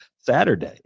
Saturday